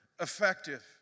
effective